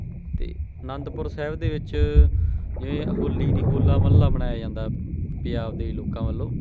ਅਤੇ ਅਨੰਦਪੁਰ ਸਾਹਿਬ ਦੇ ਵਿੱਚ ਜਿਵੇਂ ਹੋਲੀ ਨਹੀਂ ਹੋਲਾ ਮਹੱਲਾ ਮਨਾਇਆ ਜਾਂਦਾ ਪੰਜਾਬ ਦੇ ਲੋਕਾਂ ਵੱਲੋਂ